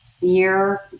year